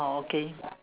orh okay